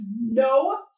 no